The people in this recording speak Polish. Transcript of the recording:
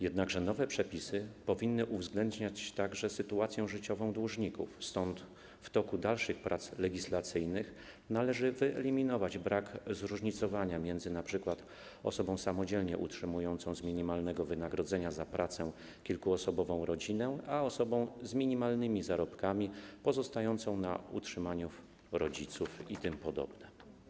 Jednakże nowe przepisy powinny uwzględniać także sytuację życiową dłużników, stąd w toku dalszych prac legislacyjnych należy wyeliminować brak zróżnicowania między np. osobą samodzielnie utrzymującą z minimalnego wynagrodzenia za pracę kilkuosobową rodzinę a osobą z minimalnymi zarobkami pozostającą na utrzymaniu rodziców itp.